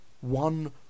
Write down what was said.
one